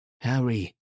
Harry